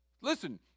listen